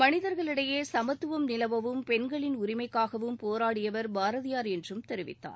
மனிதர்களிடையே சமத்துவம் நிலவவும் பெண்களின் உரிமைக்காகவும் போராடியவர் பாரதியார் என்றும் தெரிவித்தார்